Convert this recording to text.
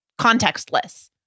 contextless